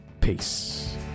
Peace